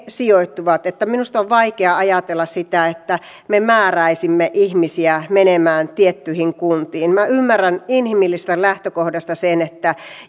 sijoittuvat minusta on vaikea ajatella sitä että me määräisimme ihmisiä menemään tiettyihin kuntiin ymmärrän inhimillisestä lähtökohdasta sen että